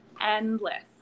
endless